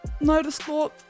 motorsport